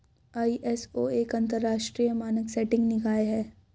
ISO एक अंतरराष्ट्रीय मानक सेटिंग निकाय है